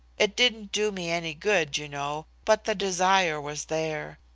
it didn't do me any good, you know, but the desire was there.